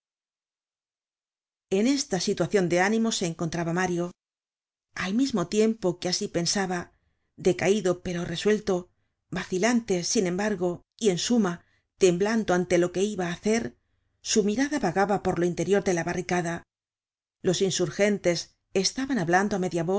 en esta situacion de ánimo se encontraba mario al mismo tiempo que asi pensaba decaido pero resuelto vacilante sin embargo y en suma temblando ante lo que iba á hacer su mirada vagaba por lo interior de la barricada los insurgentes estaban hablando á media